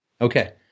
Okay